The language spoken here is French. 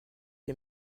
est